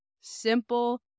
simple